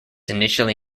initially